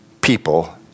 people